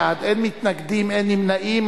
24 בעד, אין מתנגדים, אין נמנעים.